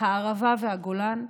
הערבה והגולן.